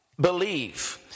believe